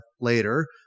later